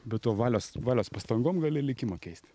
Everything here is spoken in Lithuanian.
be to valios valios pastangom gali likimą keisti